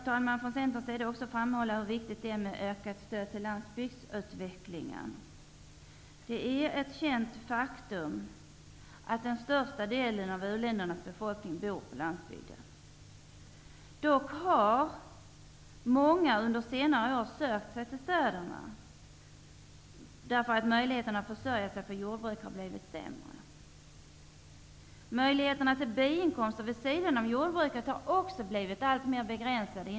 Från centerns sida vill vi också framhålla hur viktigt det är med ökat stöd till landsbygdsutveckling. Det är ett känt faktum att den största delen av uländernas befolkning bor på landsbygden. Dock har många under senare år sökt sig till städerna, eftersom möjligheterna att försörja sig på jordbruk har blivit sämre. Möjligheterna till biinkomster vid sidan av jordbruket har blivit alltmer begränsade.